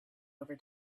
over